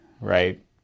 right